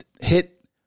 Hit